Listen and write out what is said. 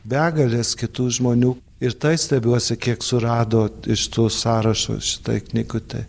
begalės kitų žmonių ir tai stebiuosi kiek surado iš to sąrašo šitoj knygutėj